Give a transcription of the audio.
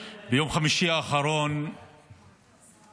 ביום חמישי האחרון היה לנו אסון